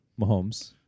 Mahomes